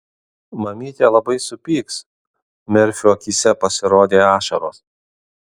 mamytė labai supyks merfio akyse pasirodė ašaros